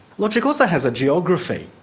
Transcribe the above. logic also has a geography.